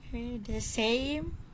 are we the same